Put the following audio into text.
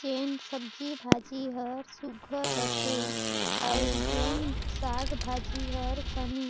जेन सब्जी भाजी हर सुग्घर रहथे अउ जेन साग भाजी हर तनि